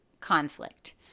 conflict